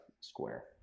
square